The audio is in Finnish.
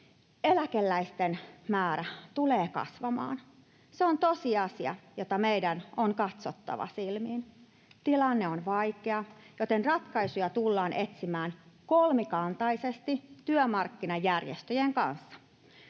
Eläkeläisten määrä tulee kasvamaan. Se on tosiasia, jota meidän on katsottava silmiin. Tilanne on vaikea, joten ratkaisuja tullaan etsimään kolmikantaisesti työmarkkinajärjestöjen kanssa.